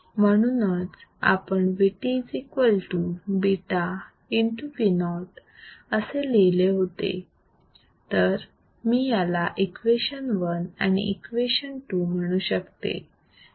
म्हणूनच आपण VtβVo असे लिहिले होते तर मी याला इक्वेशन 1 आणि इक्वेशन 2 म्हणू शकते